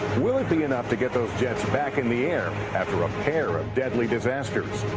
will it be enough to get those jets back in the air after a pair of deadly disasters?